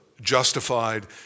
justified